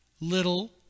little